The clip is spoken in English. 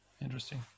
Interesting